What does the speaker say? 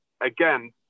again